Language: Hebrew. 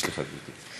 סליחה, גברתי.